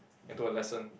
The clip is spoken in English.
into a lesson